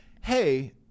Hey